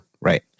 right